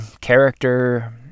character